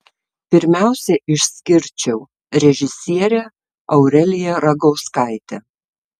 pirmiausia išskirčiau režisierę aureliją ragauskaitę